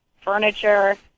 furniture